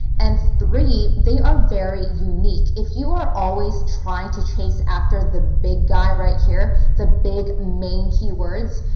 and three, they are very unique. if you are always trying to chase after the big guy right here, the big, main keywords,